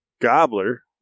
gobbler